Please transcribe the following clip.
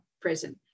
prison